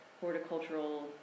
horticultural